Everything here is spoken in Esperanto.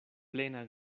plena